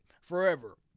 forever